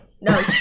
No